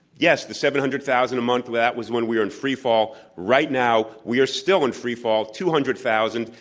yes, the seven hundred thousand a month of that was when we were in free fall. right now we are still in free fall two hundred thousand.